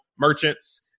merchants